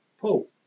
Paul